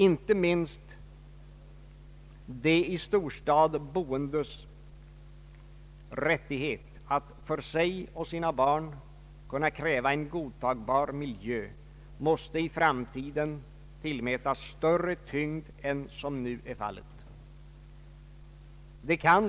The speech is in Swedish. Inte minst de i storstad boendes rättighet att för sig och sina barn kunna kräva en godtagbar miljö måste i framtiden tillmätas större tyngd än som nu är fallet.